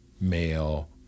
male